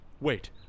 Wait